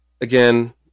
again